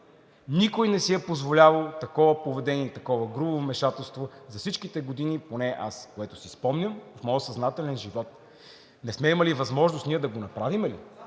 Никой не си е позволявал такова поведение и такова грубо вмешателство за всичките години, поне аз, което си спомням, в моя съзнателен живот. Не сме имали възможност ние да го направим